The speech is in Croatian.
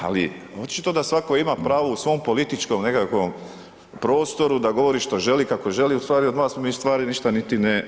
Ali očito da svatko ima pravo u svom političkom nekakvom prostoru da govori što želi, kako želi, ustvari od vas me ustvari ništa niti ne